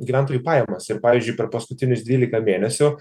gyventojų pajamas ir pavyzdžiui per paskutinius dvylika mėnesių